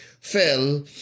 fell